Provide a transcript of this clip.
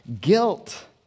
guilt